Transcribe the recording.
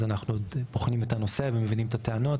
אז אנחנו עוד בוחנים את הנושא ומבינים את הטענות,